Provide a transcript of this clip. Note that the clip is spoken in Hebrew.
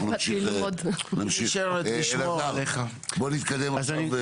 אלעזר, בוא נתקדם.